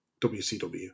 WCW